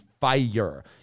fire